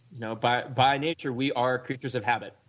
now by by nature we are creatures of habit.